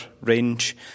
Range